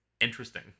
interesting